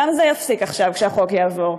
גם זה ייפסק עכשיו, כשהחוק יעבור,